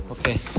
Okay